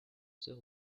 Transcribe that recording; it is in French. sœur